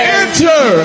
enter